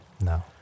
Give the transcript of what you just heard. No